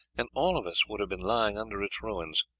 and all of us would have been lying under its ruins.